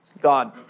God